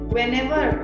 Whenever